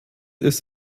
ist